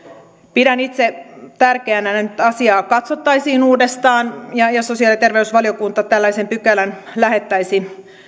pidän itse tärkeänä että asiaa katsottaisiin uudestaan ja jos sosiaali ja terveysvaliokunta tällaisen pykälän lähettäisi